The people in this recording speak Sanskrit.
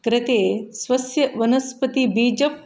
कृते स्वस्य वनस्पतिभीजम्